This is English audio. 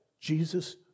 Jesus